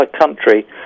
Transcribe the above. country